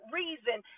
reason